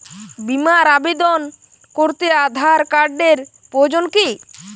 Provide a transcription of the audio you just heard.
বিমার আবেদন করতে আধার কার্ডের প্রয়োজন কি?